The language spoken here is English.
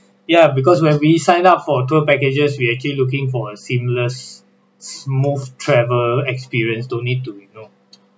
ya because when we sign up for tour packages we actually looking for a seamless smooth travel experience don't need to you know